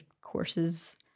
courses